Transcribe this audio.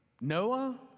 Noah